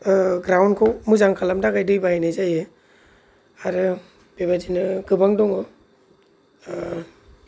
ग्राउन्डखौ मोजां खालामनो थाखाय दै बाहायनाय जायो आरो बेबादिनो गोबां दङ